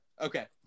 Okay